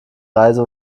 reise